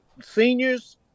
seniors